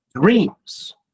Dreams